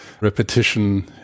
repetition